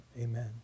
Amen